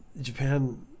Japan